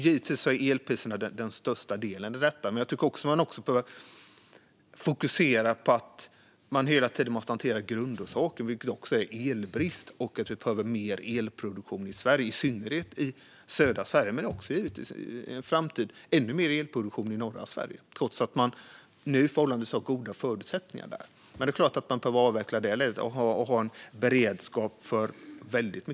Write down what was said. Givetvis är elpriset en stor bit, men man behöver också fokusera på grundorsaken, det vill säga elbristen och att vi behöver mer elproduktion i Sverige, i synnerhet i södra Sverige men också i norra Sverige, även om man nu har förhållandevis goda förutsättningar där. Men det är klart att man behöver ha en beredskap även där.